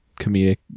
comedic